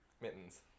mittens